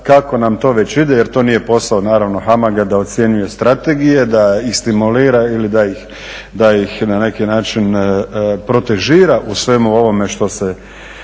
kako nam to već ide jer to nije posao naravno HAMAG-a da ocjenjuje strategije, da ih stimulira ili da ih na neki način protežira u svemu ovome što se